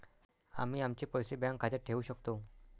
आम्ही आमचे पैसे बँक खात्यात ठेवू शकतो